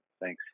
Thanks